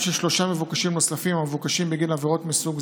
שאלה נוספת לחבר הכנסת